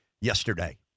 yesterday